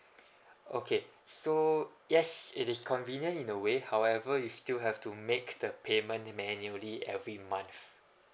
okay so yes it is convenient in a way however you still have to make the payment manually every month